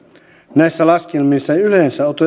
näissä laskelmissa yleensä